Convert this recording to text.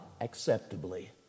acceptably